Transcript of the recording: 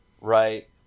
right